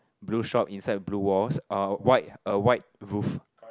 blue shop inside blue walls uh white a white roof